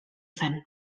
zen